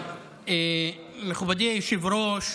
מכובדי היושב-ראש,